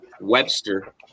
Webster